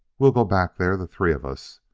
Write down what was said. we'll go back there, the three of us.